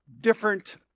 different